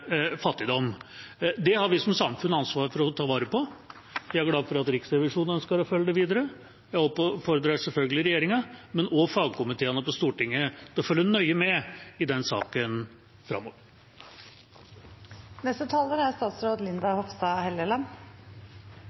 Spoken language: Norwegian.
fattigdom. Det har vi som samfunn ansvar for å ta vare på. Jeg er glad for at Riksrevisjonen ønsker å følge det videre. Jeg oppfordrer selvfølgelig regjeringa, men også fagkomiteene på Stortinget til å følge nøye med i den saken